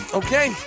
okay